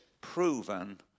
proven